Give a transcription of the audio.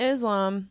Islam